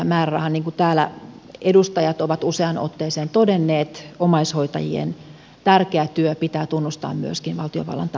niin kuin täällä edustajat ovat useaan otteeseen todenneet omaishoitajien tärkeä työ pitää tunnustaa myöskin valtiovallan taholta